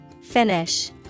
Finish